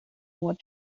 what